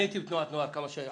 אני הייתי בתנועת נוער כמה שנים.